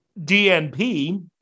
DNP